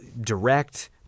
direct